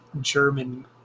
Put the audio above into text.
German